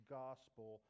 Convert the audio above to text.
gospel